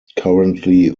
currently